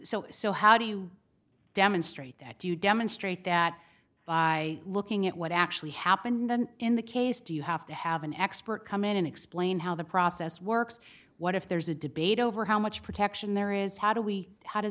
so so how do you demonstrate that you demonstrate that i looking at what actually happened and then in the case do you have to have an expert come in and explain how the process works what if there's a debate over how much protection there is how do we h